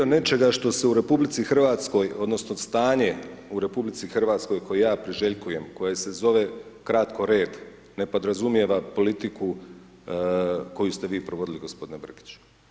Dio nečega što se u RH odnosno stanje u RH koje ja priželjkujem, koje se zove kratko red, ne podrazumijeva politiku koju ste vi provodili g. Brkić.